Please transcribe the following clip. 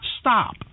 Stop